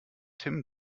tim